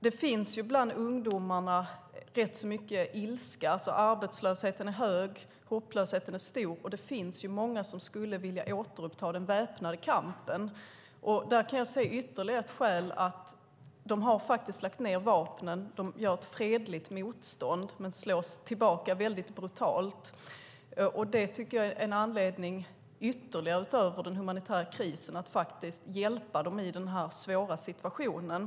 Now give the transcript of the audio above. Det finns rätt så mycket ilska bland ungdomarna. Arbetslösheten är hög och hopplösheten stor. Det finns många som skulle vilja återuppta den väpnade kampen. Man har lagt ned vapnen och gör fredligt motstånd men slås tillbaka väldigt brutalt. Det tycker jag är ytterligare en anledning, utöver den humanitära krisen, att hjälpa dem i den svåra situationen.